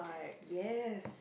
yes